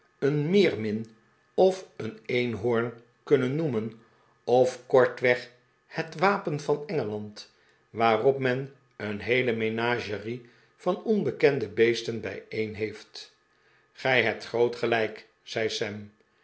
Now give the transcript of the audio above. een meermin of een eenhoorn kunnen noemen of kortweg het wapen van engeland waarop men een heele menagerie van onbekende beesten bijeen he eft gij hebt groot gelijk zei